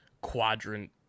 quadrant